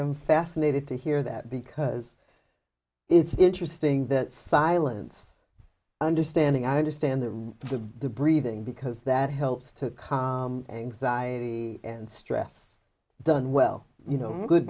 fascinated to hear that because it's interesting that silence understanding i understand the root of the breathing because that helps to anxiety and stress done well you know good